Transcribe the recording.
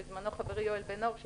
בזמנו חברי יואל בן אור,